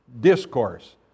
discourse